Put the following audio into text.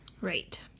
Right